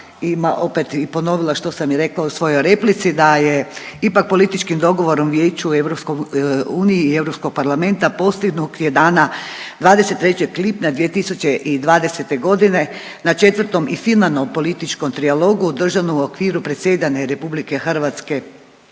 ima opet i ponovila što sam i rekla u svojoj replici da je ipak političkim dogovorom Vijeću EU i Europskog parlamenta postignut je dana 23. lipnja 2020. godine na četvrtom i finalnom političkom trialogu održanom u okviru predsjedanja RH Vijećem